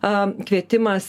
a kvietimas